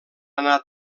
anar